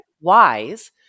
wise